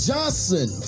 Johnson